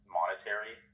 monetary